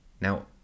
Now